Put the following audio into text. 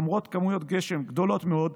למרות כמויות גשם גדולות מאוד,